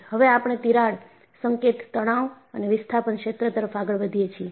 હવે આપણે તિરાડ સંકેત તણાવ અને વિસ્થાપન ક્ષેત્ર તરફ આગળ વધીએ છીએ